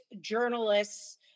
journalists